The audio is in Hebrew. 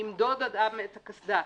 ימדוד אדם את הקסדה.